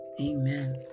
Amen